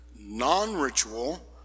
non-ritual